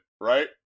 right